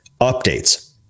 updates